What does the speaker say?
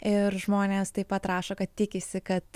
ir žmonės taip pat rašo kad tikisi kad